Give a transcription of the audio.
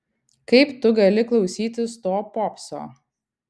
kaip tu gali klausytis to popso